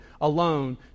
alone